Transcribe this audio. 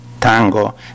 tango